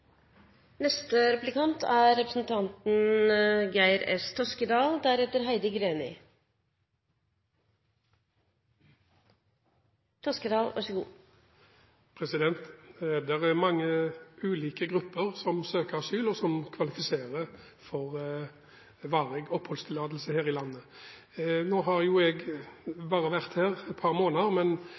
er mange ulike grupper som søker asyl, og som kvalifiserer for varig oppholdstillatelse her i landet. Nå har jeg bare vært her et par måneder,